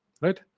right